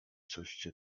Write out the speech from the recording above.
coście